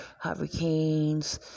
hurricanes